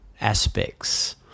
aspects